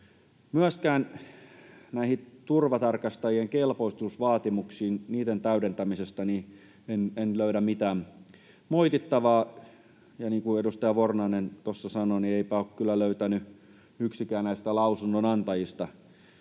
Myöskään näiden turvatarkastajien kelpoisuusvaatimusten täydentämisestä en löydä mitään moitittavaa. Ja niin kuin edustaja Vornanen tuossa sanoi, eipä ole kyllä löytänyt yksikään näistä lausunnonantajista